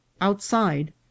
outside